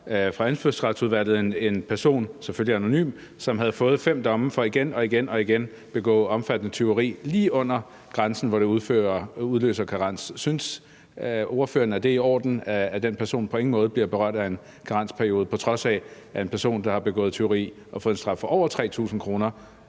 fra Indfødsretsudvalget, med en person, selvfølgelig anonym, som havde fået fem domme for igen og igen at have begået omfattende tyverier for lige under grænsen for, hvad der udløser karens. Synes ordføreren, at det er i orden, at den person på ingen måde bliver berørt af en karensperiode, på trods af at en person, der har begået tyveri og fået en straf for over 3.000 kr.,